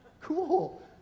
Cool